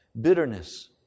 bitterness